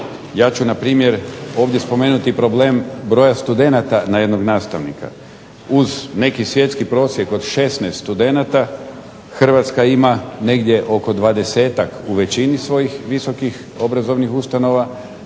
Ja ću npr. ovdje spomenuti i problem broja studenata na jednog nastavnika. Uz neki svjetski prosjek od 16 studenata Hrvatska ima negdje oko 20-ak u većini svojih visokih obrazovnih ustanova,